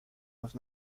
los